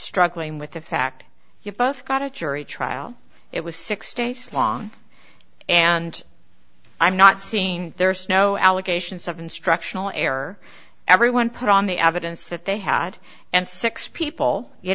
struggling with the fact you both got a jury trial it was six days long and i'm not seeing there's no allegations of instructional error everyone put on the evidence that they had and six people you